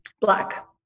black